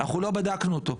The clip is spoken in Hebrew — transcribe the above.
לא בדקנו אותו.